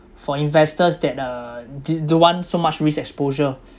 for investors that uh d~ don't want so much risk exposure